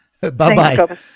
Bye-bye